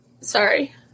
Sorry